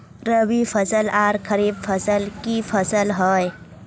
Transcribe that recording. रवि फसल आर खरीफ फसल की फसल होय?